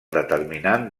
determinant